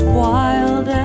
wild